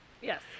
Yes